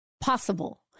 possible